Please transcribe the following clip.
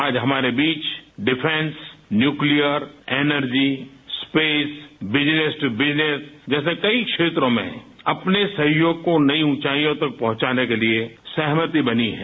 आज हमारे बीच defence nuclear energy space business to business जैसे कई क्षेत्रों में अपने सहयोग को नई ऊचाईयों तक पहुंचाने के लिए सहमति बनी है